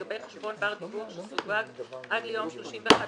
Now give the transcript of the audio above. לגבי חשבון בר דיווח שסווג עד ליום כ"ג